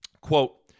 quote